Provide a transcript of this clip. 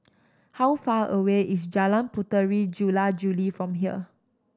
how far away is Jalan Puteri Jula Juli from here